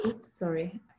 Sorry